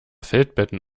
feldbetten